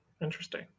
interesting